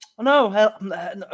No